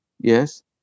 yes